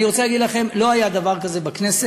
אני רוצה להגיד לכם, לא היה דבר כזה בכנסת.